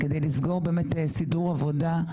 כדי לסגור סידור עבודה,